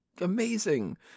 amazing